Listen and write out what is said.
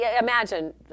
imagine